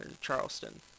Charleston